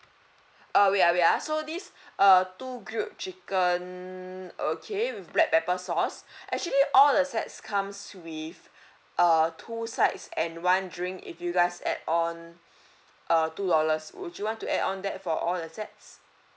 uh wait ah wait ah so these uh two grilled chicken okay with black pepper sauce actually all the sets comes with uh two sides and one drink if you guys add on uh two dollars would you want to add on that for all the sets